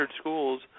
schools